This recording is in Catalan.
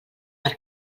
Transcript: per